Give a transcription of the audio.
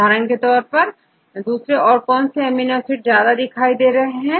उदाहरण के तौर पर दूसरे और कौन से अमीनो एसिड ज्यादा बार दिखाई दे रहे हैं